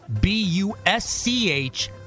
B-U-S-C-H